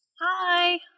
Hi